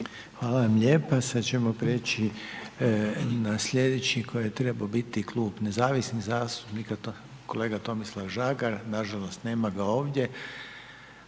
Hvala vam lijepa, sad ćemo prijeći na slijedeći koji je trebao biti Klub nezavisnih zastupnika, kolega Tomislav Žagar, nažalost nema ga ovdje.